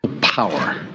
Power